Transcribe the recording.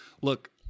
Look